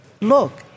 Look